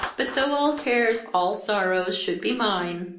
but, though all cares, all sorrows should be mine,